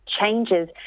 changes